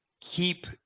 keep